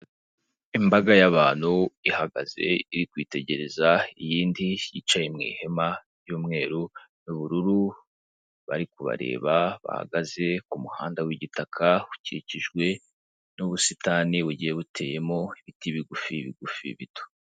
Imbaga y'abantu ihagaze iri kwitegereza iyindi yicaye mu ihema ry'umweru n'ubururu, bari kubareba bahagaze ku muhanda w'igitaka ukikijwe n'ubusitani bugiye buteyemo ibiti bigufi bigufi bito.